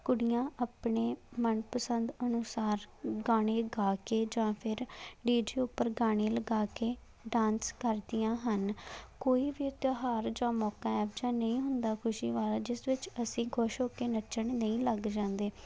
ਕੁੜੀਆਂ ਆਪਣੇ ਮਨ ਪਸੰਦ ਅਨੁਸਾਰ ਗਾਣੇ ਗਾ ਕੇ ਜਾਂ ਫਿਰ ਡੀ ਜੇ ਉੱਪਰ ਗਾਣੇ ਲਗਾ ਕੇ ਡਾਂਸ ਕਰਦੀਆਂ ਹਨ ਕੋਈ ਵੀ ਤਿਉਹਾਰ ਜਾਂ ਮੌਕਾ ਇਹੋ ਜਾ ਨਹੀਂ ਹੁੰਦਾ ਖੁਸ਼ੀ ਵਾਲਾ ਜਿਸ ਵਿੱਚ ਅਸੀਂ ਖੁਸ਼ ਹੋ ਕੇ ਨੱਚਣ ਨਹੀਂ ਲੱਗ ਜਾਂਦੇ